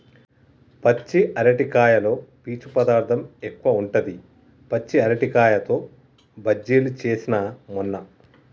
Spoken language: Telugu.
పచ్చి అరటికాయలో పీచు పదార్ధం ఎక్కువుంటది, పచ్చి అరటికాయతో బజ్జిలు చేస్న మొన్న